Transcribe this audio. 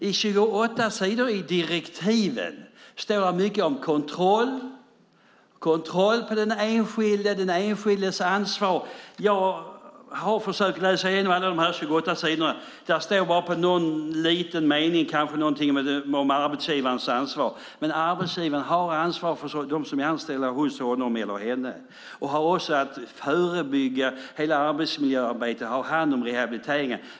På 28 sidor i direktiven står det mycket om kontroll. Det handlar om kontroll av den enskilde och den enskildes ansvar. Jag har försökt läsa igenom alla de här 28 sidorna, och där finns bara någon mening om arbetsgivarens ansvar. Men arbetsgivaren har ansvar för dem som är anställda hos honom eller henne och har också att jobba förebyggande, att driva arbetsmiljöarbetet och att ha hand om rehabiliteringen.